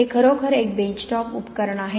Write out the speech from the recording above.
हे खरोखर एक बेंचटॉप उपकरण आहे